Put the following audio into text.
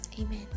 Amen